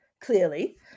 clearly